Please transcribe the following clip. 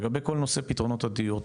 לגבי כל נושא פתרונות הדיור,